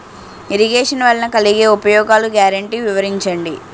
Irrigation వలన కలిగే ఉపయోగాలు గ్యారంటీ వివరించండి?